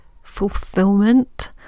fulfillment